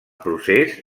procés